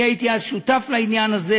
אני הייתי אז שותף לעניין הזה,